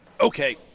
Okay